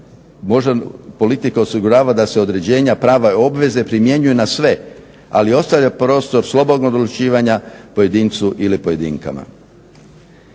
država, politika osigurava da se određenja, prava i obveze primjenjuju na sve, ali ostavlja prostor slobodnog odlučivanja pojedincu ili pojedinkama.